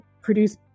produce